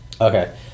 Okay